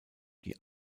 die